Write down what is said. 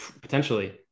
Potentially